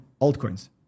altcoins